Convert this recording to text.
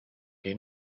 que